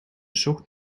zocht